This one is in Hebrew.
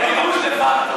זה גירוש דה-פקטו.